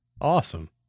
awesome